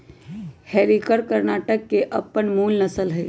हल्लीकर कर्णाटक के अप्पन मूल नसल हइ